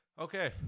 okay